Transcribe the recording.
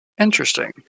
Interesting